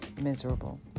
miserable